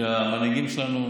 שהמנהיגים שלנו